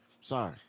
Sorry